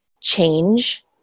change